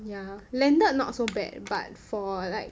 ya landed not so bad but for like